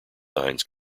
signs